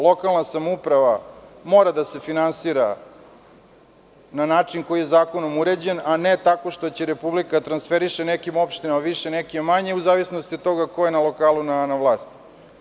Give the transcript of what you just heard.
Lokalna samouprava mora da se finansira na način koji je zakonom uređen, a ne tako što će Republika da transferiše nekim opštinama više, nekima manje, u zavisnosti od toga ko je na lokalu na vlasti.